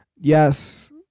Yes